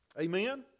Amen